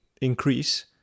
increase